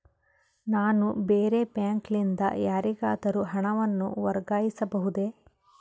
ನಾನು ಬೇರೆ ಬ್ಯಾಂಕ್ ಲಿಂದ ಯಾರಿಗಾದರೂ ಹಣವನ್ನು ವರ್ಗಾಯಿಸಬಹುದೇ?